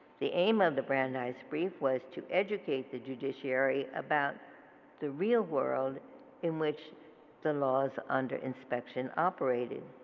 the aim of the brandeis brief was to educate the judiciary about the real world in which the laws under inspection operated.